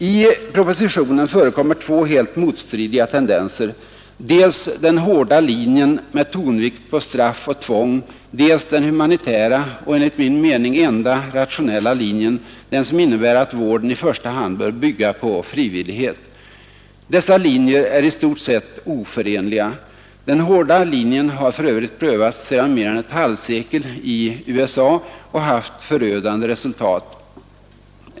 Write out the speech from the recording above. I propositionen förekommer två helt motstridiga tendenser, dels den hårda linjen med tonvikt på straff och tvång, dels den humanitära och enligt min mening enda rationella linjen, den som innebär att vården i första hand bör bygga på frivillighet. Dessa linjer är i stort sett oförenliga. Den hårda linjen har för övrigt prövats i mer än ett halvsekel i USA och haft förödande resultat.